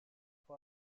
phi